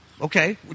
Okay